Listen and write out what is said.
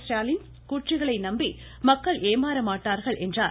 ஸ்டாலின் கூற்றுகளை நம்பி மக்கள் ஏமாற மாட்டார்கள் என்றார்